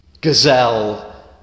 Gazelle